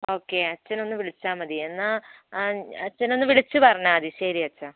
okay അച്ചനൊന്നു വിളിച്ചാൽമതി എന്നാൽ അച്ചനൊന്നു വിളിച്ചു പറഞ്ഞാൽമതി ശരി അച്ചാ